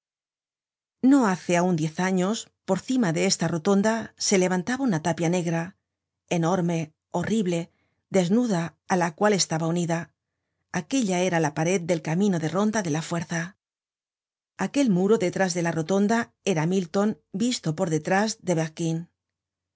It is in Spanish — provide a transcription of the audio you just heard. no hace aun diez años por cima de esta rotonda se levantaba una tapia negra enorme horrible desnuda á la cual estaba unida aquella era la pared del camino de ronda de la fuerza aquel muro detrás de la rotonda era milton visto por detrás de berquin